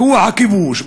בכוח הכיבוש,